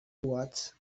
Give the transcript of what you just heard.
watched